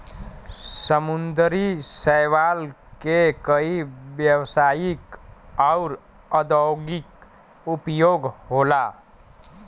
समुंदरी शैवाल के कई व्यवसायिक आउर औद्योगिक उपयोग होला